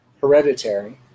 hereditary